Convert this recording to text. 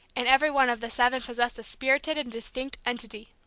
and every one of the seven possessed a spirited and distinct entity.